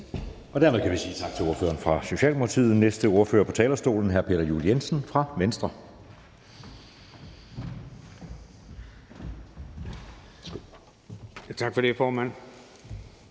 Dermed kan vi sige tak til ordføreren for Socialdemokratiet. Den næste ordfører på talerstolen er hr. Peter Juel-Jensen fra Venstre. Værsgo.